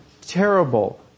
terrible